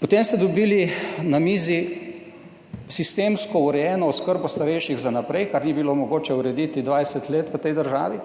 Potem ste dobili na mizi sistemsko urejeno oskrbo starejših za naprej, kar ni bilo mogoče urediti 20 let v tej državi.